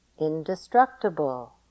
indestructible